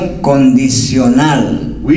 condicional